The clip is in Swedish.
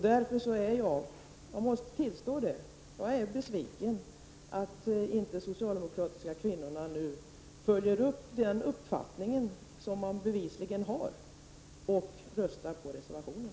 Därför är jag — jag måste tillstå det — besviken på att de socialdemokratiska kvinnorna inte följer upp den uppfattning som de bevisligen har och röstar på reservationen.